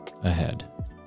ahead